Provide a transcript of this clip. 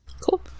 cool